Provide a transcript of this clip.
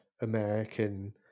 American